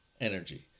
energy